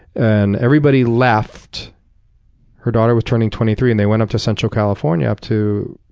and everybody left her daughter was turning twenty three and they went up to central california, up to